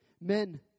Men